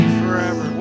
forever